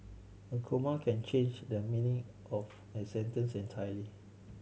a comma can change the meaning of a sentence entirely